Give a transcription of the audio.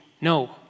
No